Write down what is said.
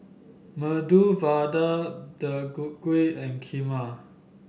Medu Vada Deodeok Gui and Kheema